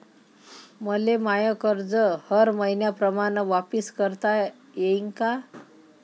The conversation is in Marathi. मले माय कर्ज हर मईन्याप्रमाणं वापिस करता येईन का?